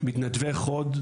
"מתנדבי חוד"